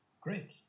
Great